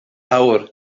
awr